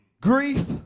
grief